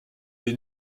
est